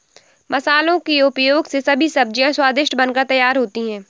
मसालों के उपयोग से सभी सब्जियां स्वादिष्ट बनकर तैयार होती हैं